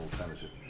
alternative